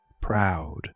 Proud